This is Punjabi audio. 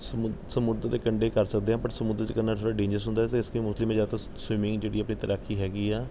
ਸਮੁੰਦ ਸਮੁੰਦਰ ਦੇ ਕੰਢੇ ਕਰ ਸਕਦੇ ਹਾਂ ਬਟ ਸਮੁੰਦਰ 'ਤੇ ਕਰਨਾ ਥੋੜ੍ਹਾ ਡੇਂਜ਼ਰਸ ਹੁੰਦਾ ਅਤੇ ਇਸ ਲਈ ਮੋਸਟਲੀ ਮੈਂ ਜ਼ਿਆਦਾਤਰ ਸ ਸਵੀਮਿੰਗ ਜਿਹੜੀ ਆ ਆਪਣੀ ਤੈਰਾਕੀ ਹੈਗੀ ਆ